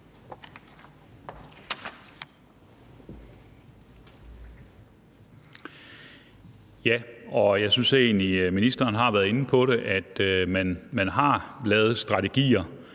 (DF): Jeg synes egentlig, at ministeren har været inde på det. Man har lavet strategier.